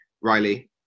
Riley